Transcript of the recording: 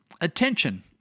attention